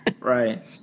Right